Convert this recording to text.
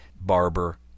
Barber